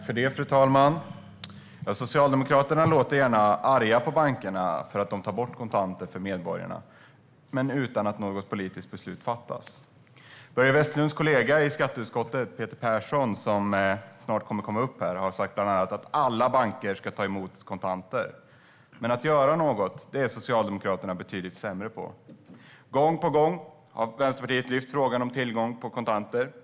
Fru talman! Socialdemokraterna vill gärna låta arga på bankerna för att de tar bort kontanter för medborgarna, men inget politiskt beslut fattas. Börje Vestlunds kollega i skatteutskottet, Peter Persson, som snart kommer att komma upp hit till talarstolen, har bland annat sagt att alla banker ska ta emot kontanter. Men att göra något är Socialdemokraterna betydligt sämre på. Gång på gång har Vänsterpartiet lyft upp frågan om tillgång till kontanter.